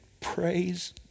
praise